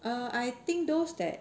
err I think those that